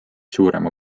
suurema